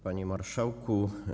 Panie Marszałku!